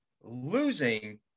losing